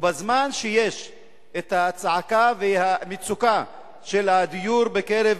בזמן שישנן הצעקה והמצוקה של הדיור בקרב